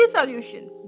solution